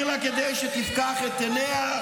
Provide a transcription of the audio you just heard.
אזכיר לה כדי שתפקח את עיניה,